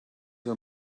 her